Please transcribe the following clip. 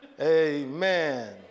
Amen